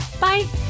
Bye